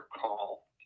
call